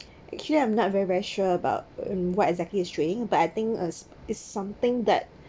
actually I'm not very very sure about um what exactly is trading but I think uh it's something that